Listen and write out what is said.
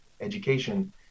education